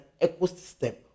ecosystem